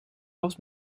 was